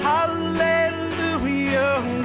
Hallelujah